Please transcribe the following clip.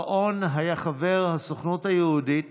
בר-און היה חבר הסוכנות היהודית